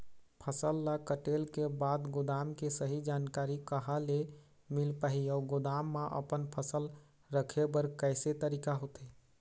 फसल ला कटेल के बाद गोदाम के सही जानकारी कहा ले मील पाही अउ गोदाम मा अपन फसल रखे बर कैसे तरीका होथे?